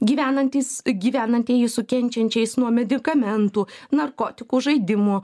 gyvenantys gyvenantieji su kenčiančiais nuo medikamentų narkotikų žaidimų